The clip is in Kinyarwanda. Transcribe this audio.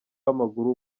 w’amaguru